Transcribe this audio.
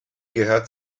gehört